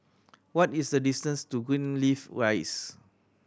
what is the distance to Greenleaf Rise